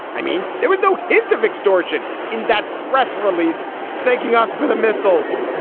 i mean, there was no hint of extortion in that press release thanking us for the missiles.